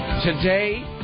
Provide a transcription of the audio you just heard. Today